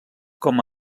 com